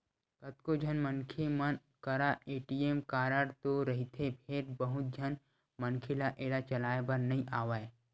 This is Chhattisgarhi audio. कतको झन मनखे मन करा ए.टी.एम कारड तो रहिथे फेर बहुत झन मनखे ल एला चलाए बर नइ आवय